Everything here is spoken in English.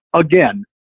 Again